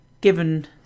given